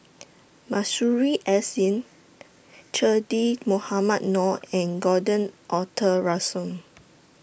Masuri S N Che Dah Mohamed Noor and Gordon Arthur Ransome